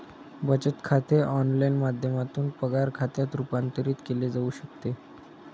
बचत खाते ऑनलाइन माध्यमातून पगार खात्यात रूपांतरित केले जाऊ शकते